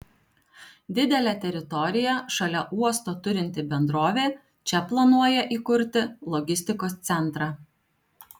didelę teritoriją šalia uosto turinti bendrovė čia planuoja įkurti logistikos centrą